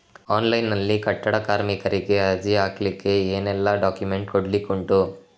Online ನಲ್ಲಿ ಕಟ್ಟಡ ಕಾರ್ಮಿಕರಿಗೆ ಅರ್ಜಿ ಹಾಕ್ಲಿಕ್ಕೆ ಏನೆಲ್ಲಾ ಡಾಕ್ಯುಮೆಂಟ್ಸ್ ಕೊಡ್ಲಿಕುಂಟು?